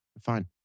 fine